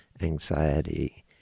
anxiety